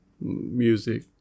music